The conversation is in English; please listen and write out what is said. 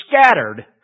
scattered